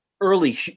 early